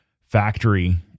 factory